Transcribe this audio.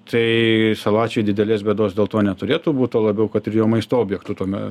tai salačiui didelės bėdos dėl to neturėtų būt tuo labiau kad ir jo maisto objektų tuome